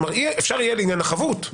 כלומר אפשר יהיה לעניין החבות.